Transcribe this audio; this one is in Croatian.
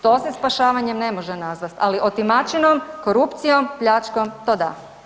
To se spašavanjem ne može nazvat, ali otimačinom, korupcijom, pljačkom to da.